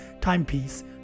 timepiece